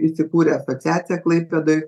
įsikūrė asociacija klaipėdoj